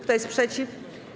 Kto jest przeciw?